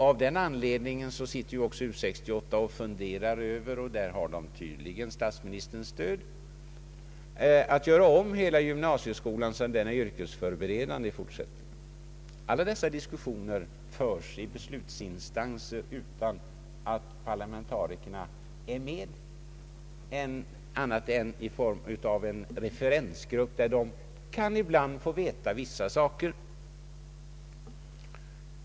Av den anledningen sitter också U 68 och funderar över — och där har de tydligen statsministerns stöd att göra om hela gymnasieskolan så att den i fortsättningen blir yrkesförberedande. Alla dessa diskussioner förs i beslutsinstanser utan att parlamentarikerna är med annat än i form av en referensgrupp där de ibland kan få veta vissa saker.